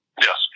Yes